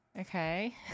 Okay